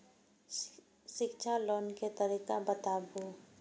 शिक्षा लोन के तरीका बताबू?